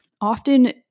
often